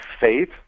faith